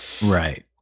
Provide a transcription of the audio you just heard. right